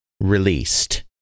released